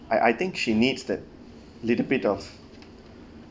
I I think she needs that little bit of